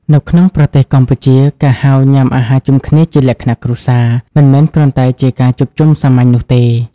នៅក្នុងប្រទេសកម្ពុជា ការហៅញ៉ាំអាហារជុំគ្នាជាលក្ខណៈគ្រួសារ មិនមែនគ្រាន់តែជាការជួបជុំសាមញ្ញនោះទេ។